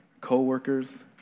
coworkers